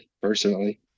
personally